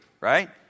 right